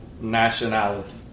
nationality